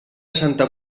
santa